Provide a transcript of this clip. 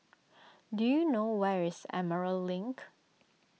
do you know where is Emerald Link